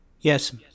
Yes